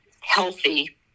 healthy